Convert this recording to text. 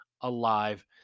alive